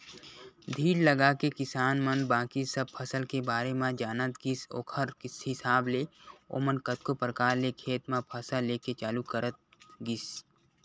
धीर लगाके किसान मन बाकी सब फसल के बारे म जानत गिस ओखर हिसाब ले ओमन कतको परकार ले खेत म फसल लेके चालू करत गिस